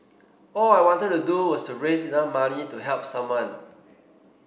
all I wanted to do was to raise enough money to help someone